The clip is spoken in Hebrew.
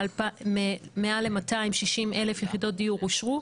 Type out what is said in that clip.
מעל ל-260,000 יחידות דיור אושרו,